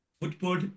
Football